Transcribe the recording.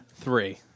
three